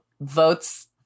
votes